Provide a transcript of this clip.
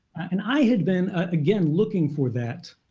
and i had been, again, looking for that.